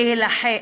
טרוריסטים.